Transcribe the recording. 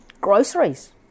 Groceries